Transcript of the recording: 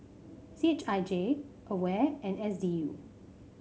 C H I J Aware and S D U